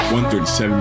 1:37